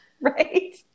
right